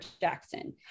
Jackson